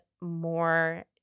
more